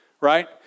right